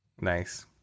Nice